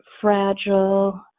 fragile